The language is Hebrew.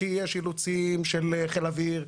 כי יש אילוצים של חיל האוויר,